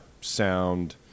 sound